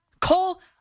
Cole